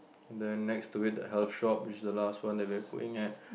and then next to it the health shop which is the last one then we are going at